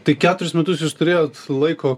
tai keturis metus jūs turėjot laiko